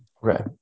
Right